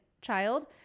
child